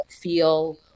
feel